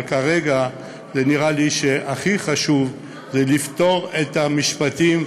אבל כרגע נראה לי שהכי חשוב, לפתור את המשפטים,